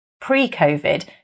Pre-COVID